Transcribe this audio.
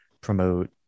promote